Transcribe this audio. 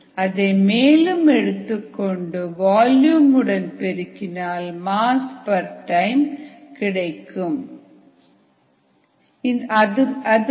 அதை மேலும் எடுத்துக்கொண்ட வால்யூம் உடன் பெருக்கினால் மாஸ் பர் டைம் கிடைக்கும்